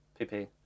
PP